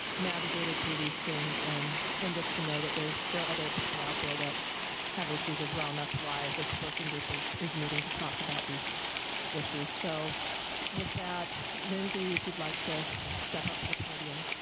navigated through these things and then just to know that there are other people out there that have issues as well and that's why this working group is is meeting to talk about these issues. so with that, lindsey, if you'd like to step up to the podium.